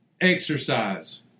exercise